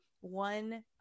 one